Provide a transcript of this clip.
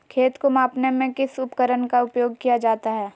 खेत को मापने में किस उपकरण का उपयोग किया जाता है?